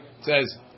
says